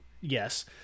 yes